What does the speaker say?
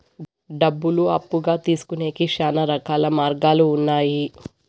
డబ్బులు అప్పుగా తీసుకొనేకి శ్యానా రకాల మార్గాలు ఉన్నాయి